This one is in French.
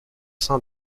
sein